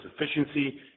efficiency